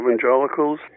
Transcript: evangelicals